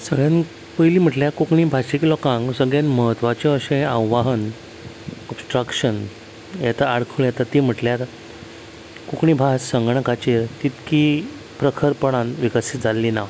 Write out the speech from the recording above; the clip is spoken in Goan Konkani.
सगल्यान पयलीं म्हटल्यार भाशीक लोकांक सगल्यान महत्वाचें अशें आवाहन ओबस्ट्रक्शन येता आडखळ ती म्हटल्यार कोंकणी भास संगणकाचेर तितकी प्रखरपणान विकसीत जाल्ली ना